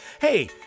hey